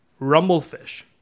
Rumblefish